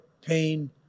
pain